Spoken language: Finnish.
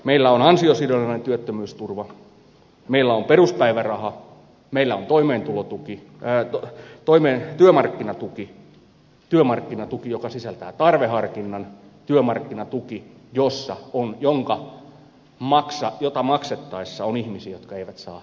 meillä on ansiosidonnainen työttömyysturva meillä on peruspäiväraha meillä on työmarkkinatuki joka sisältää tarveharkinnan työmarkkinatuki jota maksettaessa on ihmisiä jotka eivät saa työttömyysturvaa lainkaan